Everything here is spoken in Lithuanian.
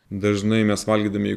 dažnai mes valgydami